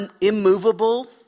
immovable